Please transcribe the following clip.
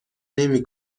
نمی